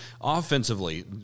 offensively